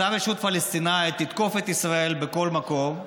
אותה רשות פלסטינית תתקוף את ישראל בכל מקום,